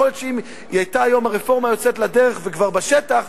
יכול להיות שאם היתה היום הרפורמה יוצאת לדרך וכבר בשטח,